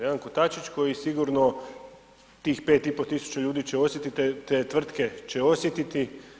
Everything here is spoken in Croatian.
Jedan kotačić koji sigurno tih 5,5 tisuća ljudi će osjetiti, te tvrtke će osjetiti.